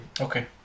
Okay